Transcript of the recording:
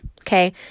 okay